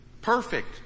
perfect